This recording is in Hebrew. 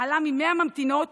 עלה מ-100 ממתינות